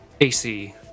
AC